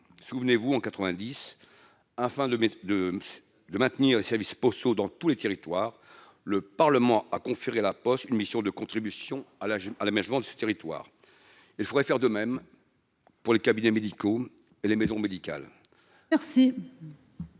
souvenez-vous en 90 hein enfin de de le maintenir les services postaux dans tous les territoires. Le Parlement a conféré La Poste une mission de contribution à la gym à l'aménagement de ce territoire et pourrait faire de même. Pour les cabinets médicaux et les maisons médicales.